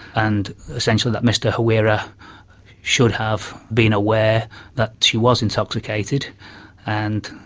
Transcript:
and essentially that mr hawira should have been aware that she was intoxicated and,